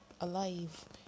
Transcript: alive